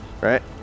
right